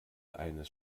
eines